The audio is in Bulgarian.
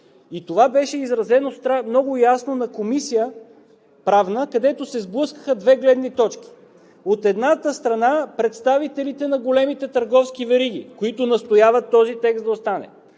И това беше изразено много ясно на Правна комисия, където се сблъскаха две гледни точки – от едната страна представителите на големите търговски вериги, които настояват този текст да остане,